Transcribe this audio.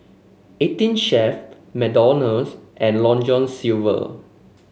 Eighteen Chef McDonald's and Long John Silver